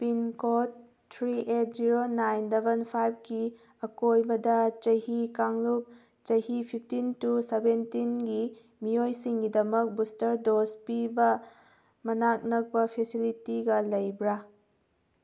pin code three eight zero nine double five ꯀꯤ ꯑꯀꯣꯏꯕꯗ ꯆꯍꯤ ꯀꯥꯡꯂꯨꯞ ꯆꯍꯤ ꯐꯤꯐꯇꯤꯟ ꯇꯨ ꯁꯚꯦꯟꯇꯤꯟ ꯒꯤ ꯃꯤꯑꯣꯏꯁꯤꯡꯒꯤꯗꯃꯛ ꯕꯨꯁꯇꯔ ꯗꯣꯁ ꯄꯤꯕ ꯃꯅꯥꯛ ꯅꯛꯄ ꯐꯦꯁꯤꯂꯤꯇꯤꯒ ꯂꯩꯕ꯭ꯔꯥ